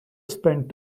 spent